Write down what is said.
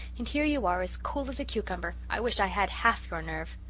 and here you are as cool as a cucumber. i wish i had half your nerve.